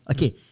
Okay